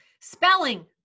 Spelling